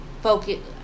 focus